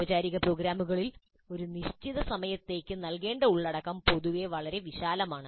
ഔപചാരിക പ്രോഗ്രാമുകളിൽ ഒരു നിശ്ചിത സമയത്ത് നൽകേണ്ട ഉള്ളടക്കം പൊതുവെ വളരെ വിശാലമാണ്